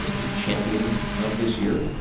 the champion of this year.